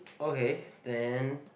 okay then